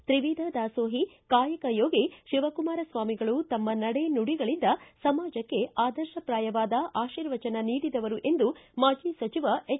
ತ್ರಿವಿಧ ದಾಸೋಹಿ ಕಾಯಕಯೋಗಿ ಶಿವಕುಮಾರ ಸ್ನಾಮಿಗಳು ತಮ್ಮ ನಡೆ ನುಡಿಗಳಿಂದ ಸಮಾಜಕ್ಕೆ ಆದರ್ಶ ಪ್ರಾಯವಾದ ಆರ್ಶಿವಚನ ನೀಡಿದವರು ಎಂದು ಮಾಜಿ ಸಚಿವ ಎಚ್